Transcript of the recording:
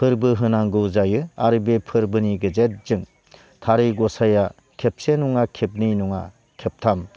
फोरबो होनांगौ जायो आरो बे फोरबोनि गेजेरजों थारै गसाइया खेबसे नङा खेबनै नङा खेबथाम